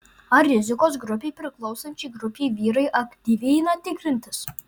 ar rizikos grupei priklausančiai grupei vyrai aktyviai eina tikrintis